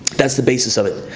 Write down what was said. that's the basis of it.